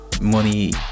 money